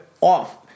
off